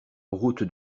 route